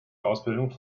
ausbildung